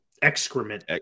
Excrement